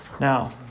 Now